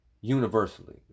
universally